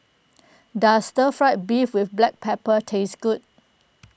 does Stir Fried Beef with Black Pepper taste good